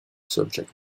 subject